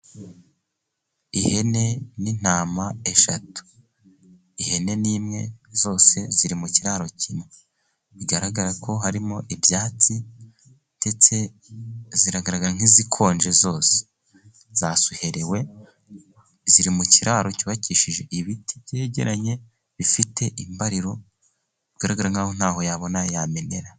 Ihene n'intama eshatu. Ihene ni imwe, zose ziri mu kiraro kimwe. Bigaragara ko harimo ibyatsi, ndetse zigaragara nk'izikonje zose, zasuherewe. Ziri mu kiraro cyubakishije ibiti byegeranye bifite imbariro. Bigaragara nk'aho ntaho yabona yamenera.